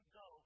go